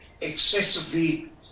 excessively